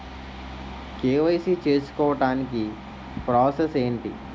KYC చేసుకోవటానికి process ఏంటి?